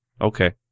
okay